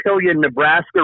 Nebraska